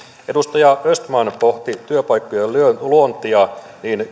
edustaja östman pohti työpaikkojen luontia